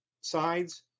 sides